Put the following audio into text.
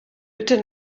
bitte